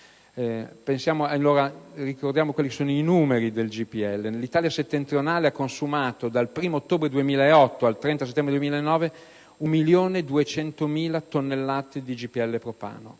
Ricordiamo allora alcuni numeri sul GPL. L'Italia settentrionale ha consumato dal 1° ottobre 2008 al 30 settembre 2009 circa 1.200.000 tonnellate di GPL propano,